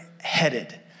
headed